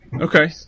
Okay